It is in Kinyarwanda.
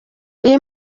iyi